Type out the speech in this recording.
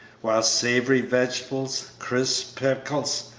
while savory vegetables, crisp pickles,